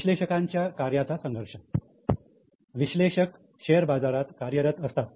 विश्लेषकांच्या कार्याचा संघर्ष विश्लेषक शेअर बाजारात कार्यरत असतात